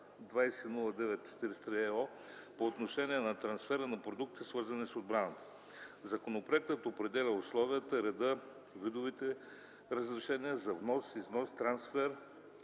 по отношение на трансфера на продукти, свързани с отбраната. Законопроектът определя условията, реда, видовете разрешения за внос, износ, трансфер,